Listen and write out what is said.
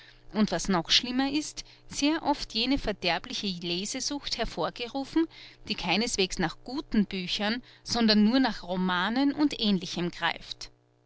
und was noch schlimmer ist sehr oft jene verderbliche lesesucht hervorgerufen die keineswegs nach guten büchern sondern nur nach romanen und aehnlichem greift